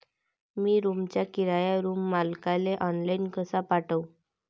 मी रूमचा किराया रूम मालकाले ऑनलाईन कसा पाठवू?